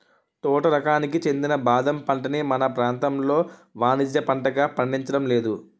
తోట రకానికి చెందిన బాదం పంటని మన ప్రాంతంలో వానిజ్య పంటగా పండించడం లేదు